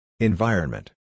Environment